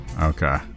okay